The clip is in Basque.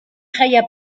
jaia